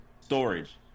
storage